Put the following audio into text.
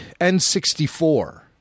N64